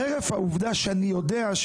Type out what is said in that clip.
חרף העובדה שאני יודע,